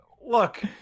look